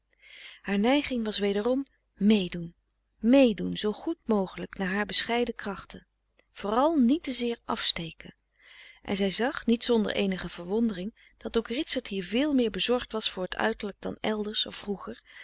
haar neiging was wederom meedoen meedoen zoo goed mogelijk naar haar bescheiden krachten vooral niet te zeer afsteken en zij zag niet zonder eenige verwondering dat ook ritsert hier veel meer frederik van eeden van de koele meren des doods bezorgd was voor t uiterlijk dan elders of vroeger